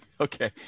Okay